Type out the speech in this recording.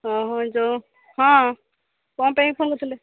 ଓଃ ଯେଉଁ ହଁ କଁ ପାଇଁ ଫୋନ୍ କରିଥିଲେ